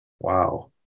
wow